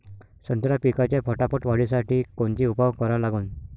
संत्रा पिकाच्या फटाफट वाढीसाठी कोनचे उपाव करा लागन?